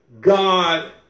God